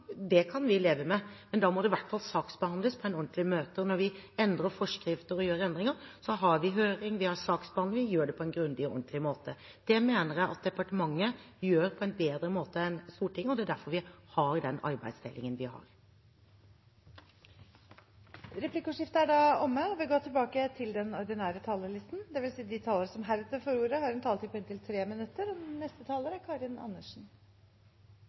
vi leve med. Men da må det i hvert fall saksbehandles på en ordentlig måte. Når vi endrer forskrifter og gjør endringer, har vi høring, vi har saksbehandling, vi gjør det på en grundig og ordentlig måte. Det mener jeg departementet gjør på en bedre måte enn Stortinget. Det er derfor vi har den arbeidsdelingen vi har. Replikkordskiftet er omme. De talerne som heretter får ordet, har en taletid på inntil 3 minutter. Jeg vil også ønske statsråden velkommen hit. Til det siste som ble sagt, må jeg si at vi ikke kan ha høye inkassosalærer og